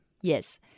Yes